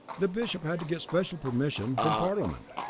the bishop had to get special permission from parliament.